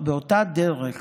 באותה דרך